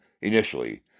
initially